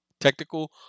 technical